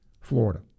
Florida